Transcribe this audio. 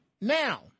now